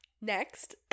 next